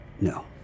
No